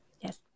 Yes